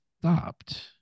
stopped